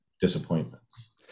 disappointments